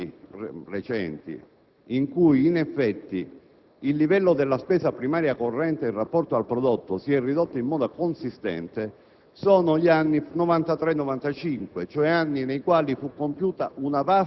Me lo conferma il fatto che gli unici anni recenti in cui, in effetti, il livello della spesa primaria corrente in rapporto al prodotto si è ridotto in modo consistente